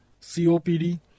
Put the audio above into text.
COPD